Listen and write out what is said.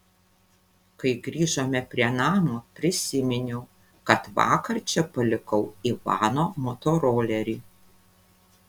kai grįžome prie namo prisiminiau kad vakar čia palikau ivano motorolerį